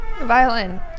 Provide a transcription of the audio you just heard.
Violin